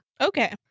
Okay